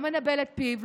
לא מנבל את פיו,